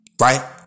Right